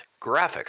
graphics